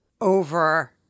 over